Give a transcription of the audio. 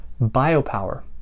biopower